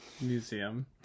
museum